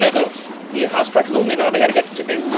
to the yeah hospital. i mean um and to to the